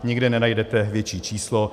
Nikde nenajdete větší číslo.